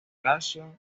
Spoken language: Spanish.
lazio